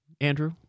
Andrew